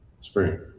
spring